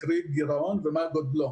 קרי: מה יהיה גודל הגירעון.